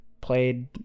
played